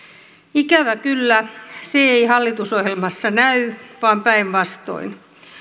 ikävä kyllä se ei hallitusohjelmassa näy vaan päinvastoin